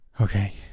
Okay